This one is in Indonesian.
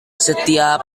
setiap